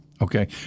Okay